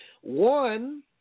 one